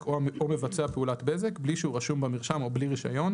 או מבצע פעולת בזק בלי שהוא רשום במרשם או בלי רישיון,